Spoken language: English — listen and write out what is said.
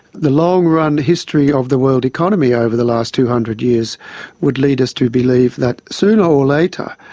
the long-run history of the world economy over the last two hundred years would lead us to believe that, sooner or later,